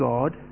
God